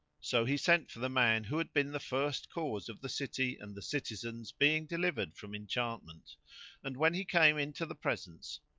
so he sent for the man who had been the first cause of the city and the citizens being delivered from enchantment and, when he came in to the presence,